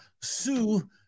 sue